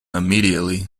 immediately